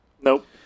Nope